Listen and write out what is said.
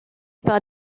par